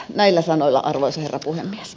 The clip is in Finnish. näillä sanoilla arvoisa herra puhemies